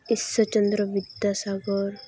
Ishwarchandra Vidyasagar